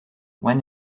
when